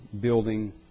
building